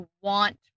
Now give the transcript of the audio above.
want